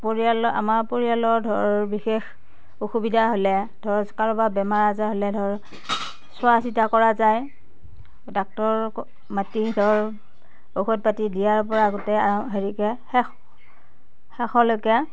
পৰিয়ালৰ আমাৰ পৰিয়ালৰ ধৰ বিশেষ অসুবিধা হ'লে ধৰ কাৰোবাৰ বেমাৰ আজাৰ হ'লে ধৰ চোৱা চিতা কৰা যায় ডাক্টৰ মাতি ধৰ ঔষধ পাতি দিয়াৰ পৰা গোটেই হেৰিকে শেষ শেষলৈকে